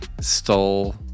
stole